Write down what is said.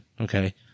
Okay